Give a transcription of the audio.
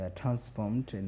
transformed